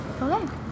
Okay